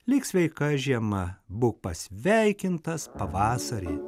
lik sveika žiema būk pasveikintas pavasari